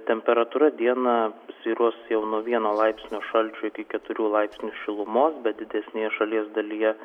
temperatūra dieną svyruos nuo vieno laipsnio šalčio iki keturių laipsnių šilumos bet didesnėje šalies dalyje